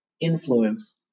influence